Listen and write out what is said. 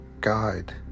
guide